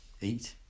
eat